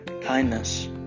kindness